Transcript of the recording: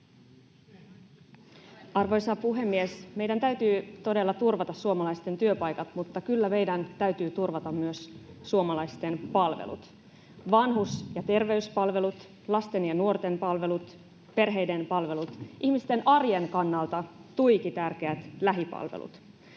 Arvoisa puhemies! Meidän täytyy todella turvata suomalaisten työpaikat, mutta kyllä meidän täytyy turvata myös suomalaisten palvelut: vanhus- ja terveyspalvelut, lasten ja nuorten palvelut, perheiden palvelut, ihmisten arjen kannalta tuiki tärkeät lähipalvelut.